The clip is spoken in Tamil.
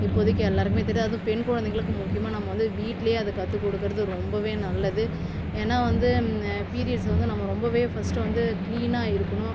இப்போதைக்கு எல்லோருக்குமே தெரியும் அதுவும் பெண் குழந்தைகளுக்கு முக்கியமாக நம்ம வந்து வீட்லேயே அது கற்றுக் கொடுக்கறது ரொம்பவே நல்லது ஏன்னால் வந்து பீரியட்ஸ் வந்து நம்ம ரொம்பவே ஃபஸ்ட்டு வந்து க்ளீனாக இருக்கணும்